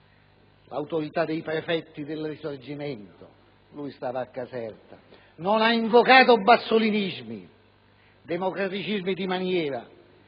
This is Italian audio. l'autorità dei prefetti del Risorgimento, e si trovava a Caserta. Non ha invocato bassolinismi, democraticismi di maniera